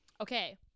Okay